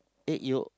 egg yolk